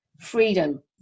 Freedom